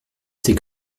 c’est